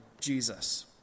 Jesus